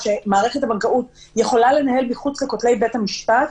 שמערכת הבנקאות יכולה לנהל מחוץ לכותלי בתי המשפט,